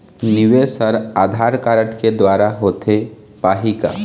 निवेश हर आधार कारड के द्वारा होथे पाही का?